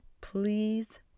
please